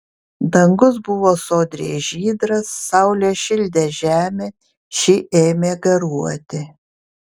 dangus buvo sodriai žydras saulė šildė žemę ši ėmė garuoti